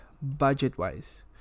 Budget-wise